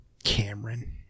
Cameron